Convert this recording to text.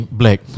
black